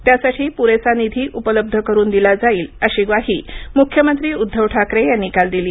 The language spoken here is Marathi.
त्यासाठी पुरेसा निधी उपलब्ध करून दिला जाईल अशी ग्वाही मुख्यमंत्री उद्धव ठाकरे यांनी काल दिली